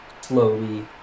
slowly